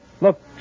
Look